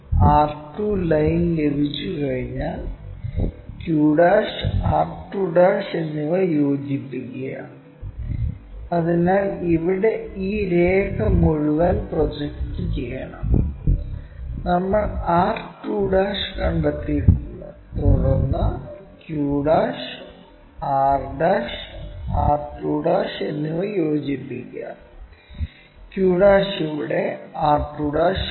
r2 line ലഭിച്ചുകഴിഞ്ഞാൽ q r2 എന്നിവ യോജിപ്പിക്കുക അതിനാൽ ഇവിടെ ഈ രേഖ മുഴുവൻ പ്രൊജക്റ്റ് ചെയ്യണം നമ്മൾ r2 കണ്ടെത്തിയിട്ടുണ്ട് തുടർന്ന് q r r2 എന്നിവ യോജിപ്പിക്കുക q ഇവിടെ r2 ഇവിടെ